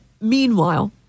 meanwhile